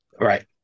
Right